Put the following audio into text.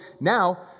now